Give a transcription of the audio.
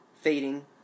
Fading